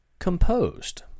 composed